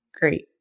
great